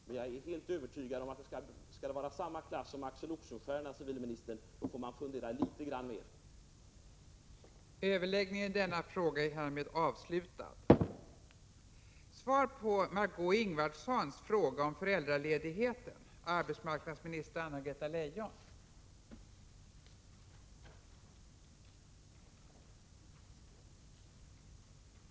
Men jag är övertygad om att man, om man vill komma upp i Axel Oxenstiernas klass, får fundera litet mera över dessa saker.